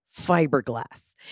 fiberglass